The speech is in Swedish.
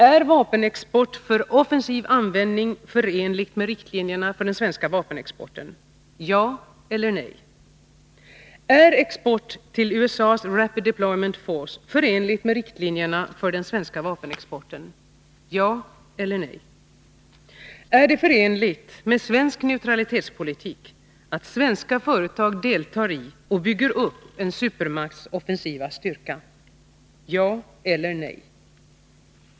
Är export av vapen för offensiv användning förenligt med riktlinjerna för den svenska vapenexporten? Ja eller nej. 2. Är export till USA:s Rapid Deployment Force förenligt med riktlinjerna för den svenska vapenexporten? Ja eller nej. 3. Är det förenligt med svensk neutralitetspolitik att svenska företag deltar i och bygger upp en supermakts offensiva styrka? Ja eller nej. 4.